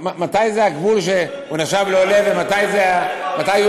מתי יהיה הגבול שהוא נחשב לעולה ומתי לאזרח?